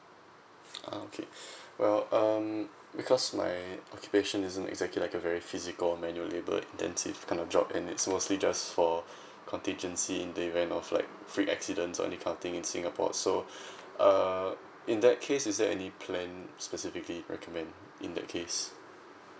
uh okay well um because my occupation isn't exactly like a very physical manual labour intensive kind of job and it's mostly just for contingency in the event of like freak accidents or any kind of thing in singapore so uh in that case is there any plan specifically recommend in that case